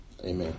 Amen